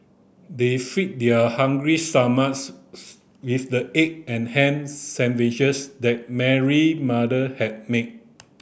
they fed their hungry stomachs with the egg and ham sandwiches that Mary mother had made